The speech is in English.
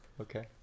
Okay